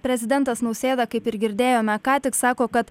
prezidentas nausėda kaip ir girdėjome ką tik sako kad